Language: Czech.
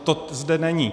To zde není.